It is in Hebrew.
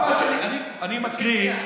דבר שני, אני מקריא.